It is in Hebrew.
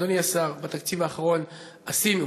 אדוני השר, בתקציב האחרון עשינו